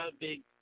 big